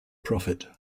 profit